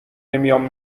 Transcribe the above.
نمیام